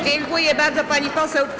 Dziękuję bardzo, pani poseł.